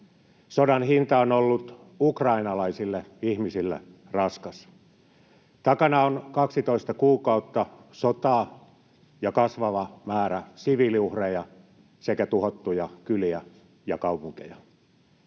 Sodan hinta on ollut ukrainalaisille ihmisille raskas. Takana on 12 kuukautta sotaa ja kasvava määrä siviiliuhreja sekä tuhottuja kyliä ja kaupunkeja.